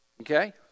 Okay